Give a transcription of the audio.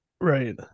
right